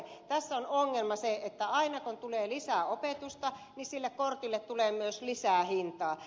tässä on ongelma se että aina kun tulee lisää opetusta sille kortille tulee myös lisää hintaa